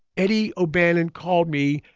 eddie o'bannon called me,